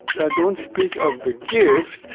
and i don't speak of the gift,